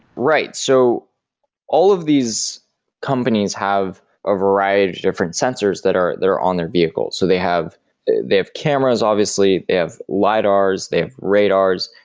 right. so all of these companies have a variety of different sensors that are on their vehicles, so they have they have cameras obviously, they have lidars, they have radars,